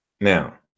Now